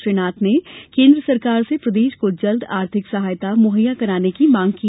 श्री नाथ ने केन्द्र सरकार से प्रदेश को जल्द आर्थिक सहायता मुहैया कराने की मांग की